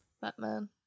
Batman